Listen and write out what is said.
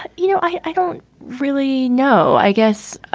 you know, i don't really know. i guess, ah